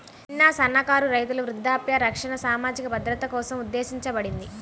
చిన్న, సన్నకారు రైతుల వృద్ధాప్య రక్షణ సామాజిక భద్రత కోసం ఉద్దేశించబడింది